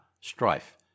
Strife